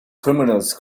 criminals